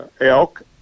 elk